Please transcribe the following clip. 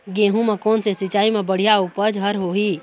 गेहूं म कोन से सिचाई म बड़िया उपज हर होही?